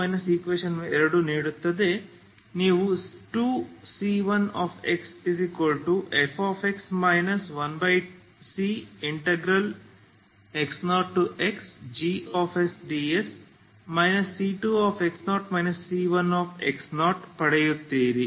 eq1 eq ನೀಡುತ್ತದೆ ನೀವು 2c1xfx 1cx0xgsds c2x0 c1 ಪಡೆಯುತ್ತೀರಿ